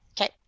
Okay